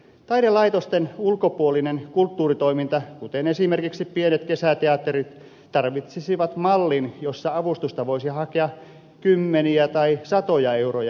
taidelaitosten ulkopuolinen kulttuuritoiminta kuten esimerkiksi pienet kesäteatterit tarvitsisivat mallin jossa avustusta voisi hakea kymmeniä tai satoja euroja